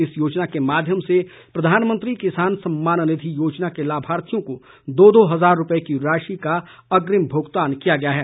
इस योजना के माध्यम से प्रधानमंत्री किसान सम्मान निधि योजना के लाभार्थियों को दो दो हज़ार रूपये की राशि का अग्रिम भुगतान किया गया है